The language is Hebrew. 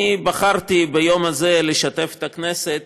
בחרתי ביום הזה לשתף את הכנסת